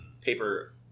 paper